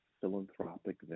philanthropic